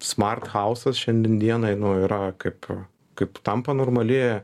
smart hausas šiandien dienai nu yra kaip kaip tampa normali